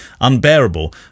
unbearable